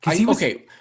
okay